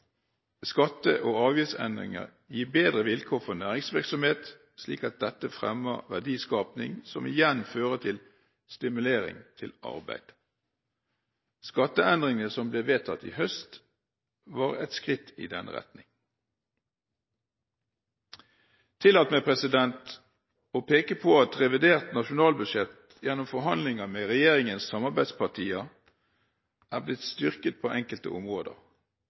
skatte- og avgiftsendringer gi bedre vilkår for næringsvirksomhet, slik at dette fremmer verdiskaping, som igjen fører til stimulering til arbeid. Skatteendringene som ble vedtatt i høst, var et skritt i den retning. Tillat meg å peke på at revidert nasjonalbudsjett gjennom forhandlinger med regjeringens samarbeidspartier er blitt styrket på enkelte områder.